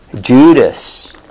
Judas